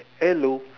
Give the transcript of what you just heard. hello